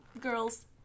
girls